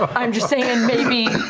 ah i'm just saying and maybe.